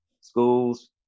schools